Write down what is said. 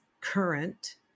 current